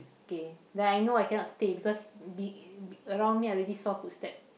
K then I know I cannot stay because be around me I already saw footstep